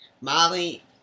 Molly